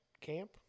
camp